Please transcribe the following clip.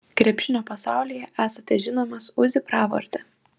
krepšinio pasaulyje esate žinomas uzi pravarde